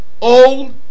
Old